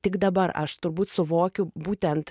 tik dabar aš turbūt suvokiu būtent